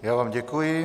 Já vám děkuji.